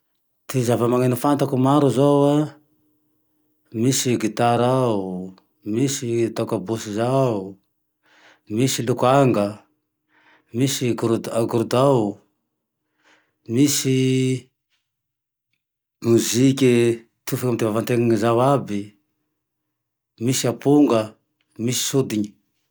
Ty zava-maneno fantako maro zao an, misy gitara ao, misy atao kabôsy zao, misy lokanga, misy gro-angorodao, misy moziky tiofin'ny vavantena io zao aby, misy aponga, misy sodiny.